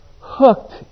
hooked